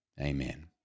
Amen